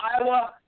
Iowa